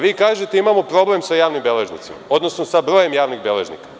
Vi kažete, imamo problem sa javnim beležnicima, odnosno sa brojem javnih beležnika.